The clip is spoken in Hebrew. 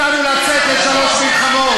אני קורא אותך לסדר פעם ראשונה.